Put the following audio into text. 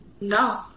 no